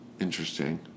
Interesting